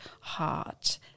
Heart